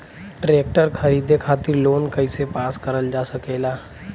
Tractor खरीदे खातीर loan कइसे पास करल जा सकेला?